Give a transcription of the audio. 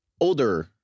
older